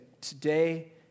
today